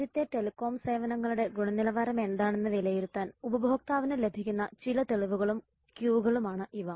രാജ്യത്തെ ടെലികോം സേവനങ്ങളുടെ ഗുണനിലവാരം എന്താണെന്ന് വിലയിരുത്താൻ ഉപഭോക്താവിന് ലഭിക്കുന്ന ചില തെളിവുകളും ക്യൂകളുമാണ് ഇവ